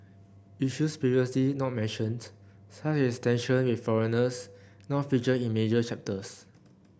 issues previously not mentioned such as tension with foreigners now feature in major chapters